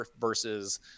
versus